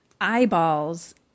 eyeballs